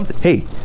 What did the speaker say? Hey